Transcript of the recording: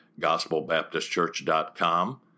gospelbaptistchurch.com